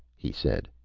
he said.